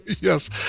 yes